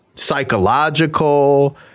psychological